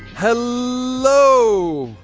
held low.